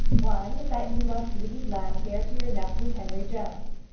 one is that you must leave llanfeare to your nephew henry jones,